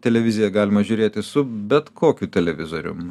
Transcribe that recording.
televiziją galima žiūrėti su bet kokiu televizorium